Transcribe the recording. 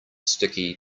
sticky